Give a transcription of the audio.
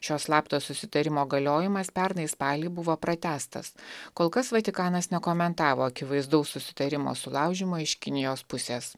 šio slapto susitarimo galiojimas pernai spalį buvo pratęstas kol kas vatikanas nekomentavo akivaizdaus susitarimo sulaužymo iš kinijos pusės